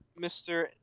Mr